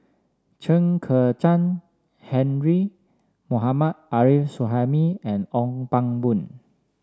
Chen Kezhan Henri Mohammad Arif Suhaimi and Ong Pang Boon